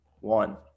one